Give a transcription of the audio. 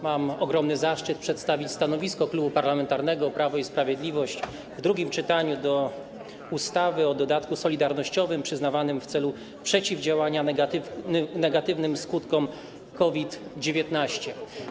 Mam ogromny zaszczyt przedstawić stanowisko Klubu Parlamentarnego Prawo i Sprawiedliwość w drugim czytaniu projektu ustawy o dodatku solidarnościowym przyznawanym w celu przeciwdziałania negatywnym skutkom COVID-19.